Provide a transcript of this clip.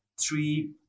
three